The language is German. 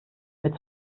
mit